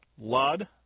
Lud